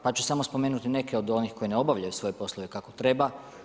Pa ću samo spomenuti neke od onih koji ne obavljaju svoje poslove kako treba.